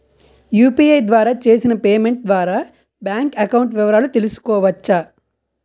UPI ద్వారా చేసిన payment ద్వారా బ్యాంక్ అకౌంట్ వివరాలు తెలుసుకోవచ్చ?